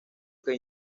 que